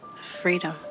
freedom